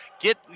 Get